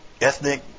ethnic